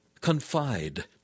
confide